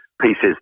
pieces